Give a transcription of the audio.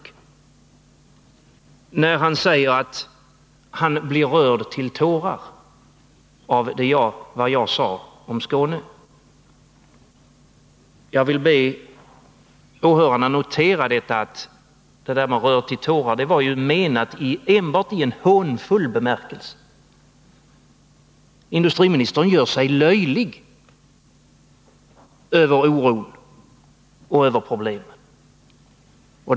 Industriministern påstod att han blev rörd till tårar av det jag sade om Skåne. Jag vill be åhörarna notera att detta var sagt på ett hånfullt sätt. Industriministern gör sig löjlig över oron och över problemen.